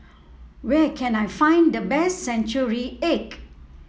where can I find the best Century Egg